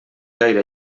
gaire